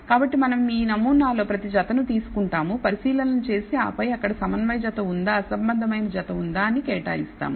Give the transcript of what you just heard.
కాబట్టి మనం మీ నమూనాలో ప్రతి జతని తీసుకుంటాము పరిశీలనలు చేసి ఆపై అక్కడ సమన్వయ జత ఉందా అసంబద్ధమైన జత ఉందా అని కేటాయిస్తాము